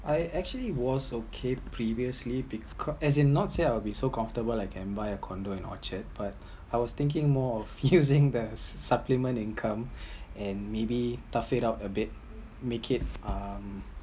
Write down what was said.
I actually was okay previously because as in not say I'll be so comfortable I can buy a condo in orchard but I was thinking more of using the si si supplement income and maybe top it up a bit make it um